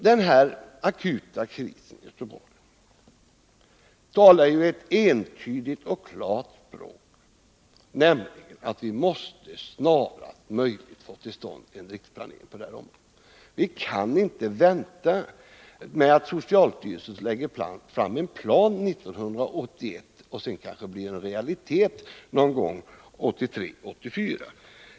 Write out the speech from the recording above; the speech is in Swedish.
Den akuta krisen i Göteborg talar ju ett klart och entydigt språk, nämligen att vi snarast möjligt måste få till stånd en riksplanering på det här området. Vi kan inte vänta på att socialstyrelsen lägger fram en plan 1981 som sedan kanske blir en realitet någon gång 1983-1984.